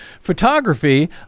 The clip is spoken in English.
photography